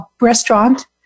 restaurant